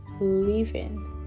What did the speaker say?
living